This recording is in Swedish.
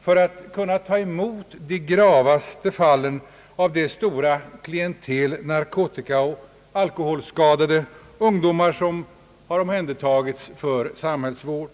för att kunna ta emot de gravaste fallen av det stora klientel narkotikaoch alkoholskadade ungdomar som har omhändertagits för samhällsvård.